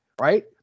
right